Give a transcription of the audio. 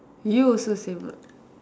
you also same what